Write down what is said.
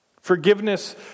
Forgiveness